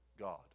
God